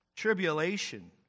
Tribulation